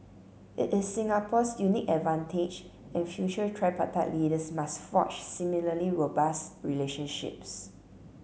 it is Singapore's unique advantage and future tripartite leaders must forge similarly robust relationships